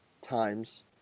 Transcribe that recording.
times